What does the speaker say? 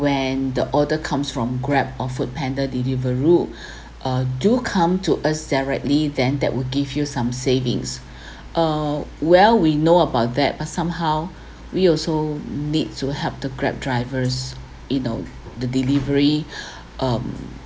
when the order comes from Grab or Food Panda Deliveroo uh do come to us directly then that will give you some savings uh well we know about that but somehow we also need to help the Grab drivers you know the delivery um